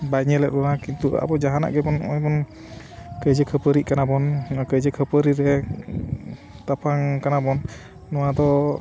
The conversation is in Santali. ᱵᱟᱭ ᱧᱮᱞᱮᱫ ᱵᱚᱱᱟ ᱠᱤᱱᱛᱩ ᱟᱵᱚ ᱡᱟᱦᱟᱱᱟᱜ ᱜᱮᱵᱚᱱ ᱱᱚᱜᱼᱚᱭ ᱵᱚᱱ ᱠᱟᱹᱭᱡᱟᱹ ᱠᱷᱟᱹᱯᱟᱹᱨᱤᱜ ᱠᱟᱱᱟᱵᱚᱱ ᱠᱟᱹᱭᱡᱟᱹ ᱠᱷᱟᱹᱯᱟᱹᱨᱤ ᱨᱮ ᱛᱟᱯᱟᱢ ᱠᱟᱱᱟ ᱵᱚᱱ ᱱᱚᱣᱟ ᱫᱚ